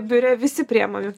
biure visi priemami